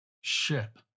ship